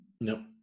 No